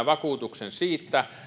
vakuutuksen siitä